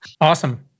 Awesome